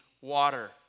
water